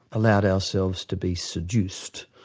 allowed ourselves to be seduced.